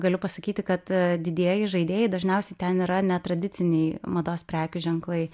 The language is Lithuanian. galiu pasakyti kad didieji žaidėjai dažniausiai ten yra netradiciniai mados prekių ženklai